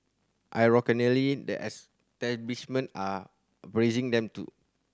the establishment are praising them too